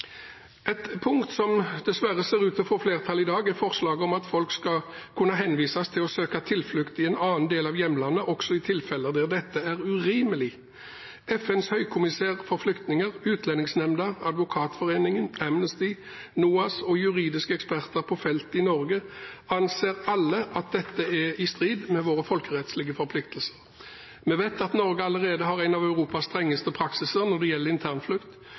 Et punkt som dessverre ser ut til å få flertall i dag, er forslaget om at folk skal kunne henvises til å søke tilflukt i en annen del av hjemlandet, også i tilfeller der dette er urimelig. FNs høykommissær for flyktninger, Utlendingsnemnda, Advokatforeningen, Amnesty, NOAS og juridiske eksperter på feltet i Norge anser alle at dette er i strid med våre folkerettslige forpliktelser. Vi vet at Norge allerede har en av Europas strengeste praksiser når det gjelder internflukt.